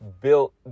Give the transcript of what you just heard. built